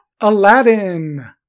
Aladdin